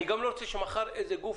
אני גם לא רוצה שמחר איזה גוף,